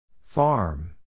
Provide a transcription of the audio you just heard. Farm